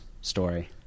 story